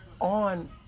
on